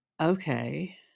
okay